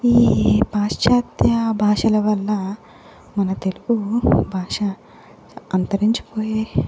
ఈ పాశ్చాత్య భాషల వల్ల మన తెలుగు భాష అంతరించిపోయే